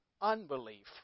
unbelief